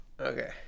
Okay